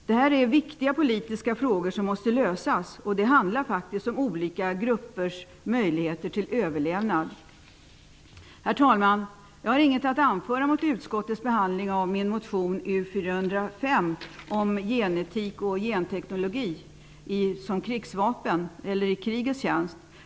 Detta är viktiga politiska frågor som måste lösas. Det handlar faktiskt om olika gruppers möjligheter till överlevnad. Herr talman! Jag har inget att anföra mot utskottets behandling av min motion U405 om genetik och genteknologi som krigsvapen eller i krigets tjänst.